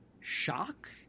shock